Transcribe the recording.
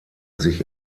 sich